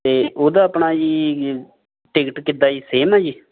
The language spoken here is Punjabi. ਅਤੇ ਉਹਦਾ ਆਪਣਾ ਜੀ ਟਿਕਟ ਕਿੱਦਾਂ ਜੀ ਸੇਮ ਹੈ ਜੀ